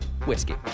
whiskey